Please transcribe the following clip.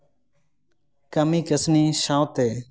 ᱠᱟᱹᱢᱤ ᱠᱟᱹᱥᱱᱤ ᱥᱟᱶᱛᱮ